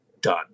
done